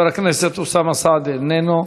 חבר הכנסת אוסאמה סעדי, איננו.